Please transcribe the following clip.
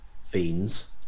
fiends